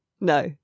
No